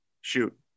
Shoot